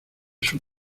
sus